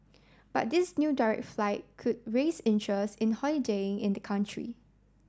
but this new direct flight could raise interest in holiday in the country